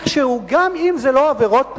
שאיכשהו, גם אם זה לא עבירות פליליות,